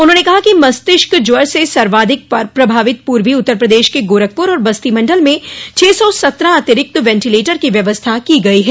उन्होंने कहा कि मस्तिष्क ज्वर से सर्वाधिक प्रभावित पूर्वी उत्तर प्रदेश के गोरखपूर और बस्ती मंडल में छह सौ सत्रह अतिरिक्त वेंटीलेटर की व्यवस्था की गई है